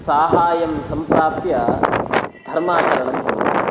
साहाय्यं सम्प्राप्य धर्माचरणं कुर्वन्ति